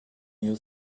new